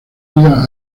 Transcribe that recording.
vida